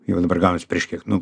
jau dabar gaunasi prieš kiek nu